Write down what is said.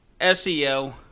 seo